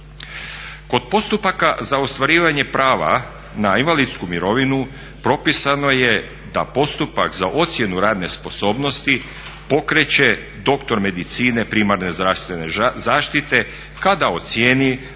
Kod postupaka za ostvarivanje prava na invalidsku mirovinu propisano je da postupak za ocjenu radne sposobnosti pokreće doktor medicine primarne zdravstvene zaštite kada ocijeni da se